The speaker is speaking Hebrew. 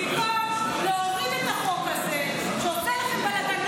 במקום להוריד את החוק הזה, שעושה לכם בלגן.